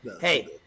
hey